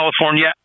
California